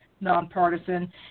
nonpartisan